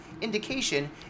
indication